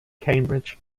cambridge